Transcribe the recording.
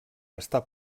està